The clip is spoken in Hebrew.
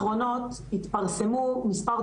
זו עבודה רחבה שפורסמה,